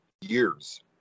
years